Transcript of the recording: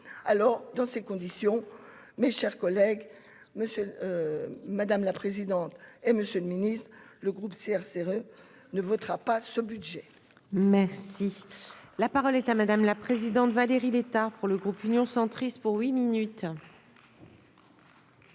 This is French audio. alors dans ces conditions, mes chers collègues, monsieur, madame la présidente, et Monsieur le Ministre, le groupe CRCE ne votera pas ce budget. Merci, la parole est à madame la présidente, Valérie Létard, pour le groupe Union centriste pour huit minutes.